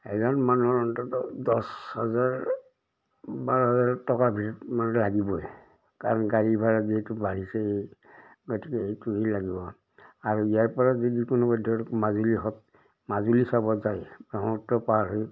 এজন মানুহৰ অন্ততঃ দছ হাজাৰ বাৰ হাজাৰ টকাৰ ভিতৰত মানে লাগিবই কাৰণ গাড়ী ভাড়া যিহেতু বাঢ়িছে গতিকে এইটো সেই লাগিব আৰু ইয়াৰ পৰা যদি কোনোবা ধৰক মাজুলী হওক মাজুলী চাব যায় ব্ৰহ্মপুত্ৰ পাৰ হৈ